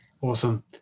Awesome